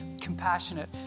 compassionate